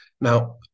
Now